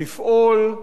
לפעול,